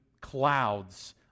clouds